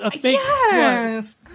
Yes